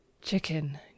Chicken